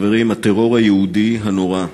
חברים, הטרור היהודי הנורא,